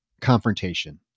confrontation